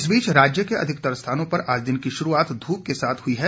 इस बीच राज्य के अधिकतर स्थानों पर आज दिन की शुरूआत धूप के साथ हुई है